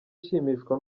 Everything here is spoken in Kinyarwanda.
ashimishwa